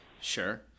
Sure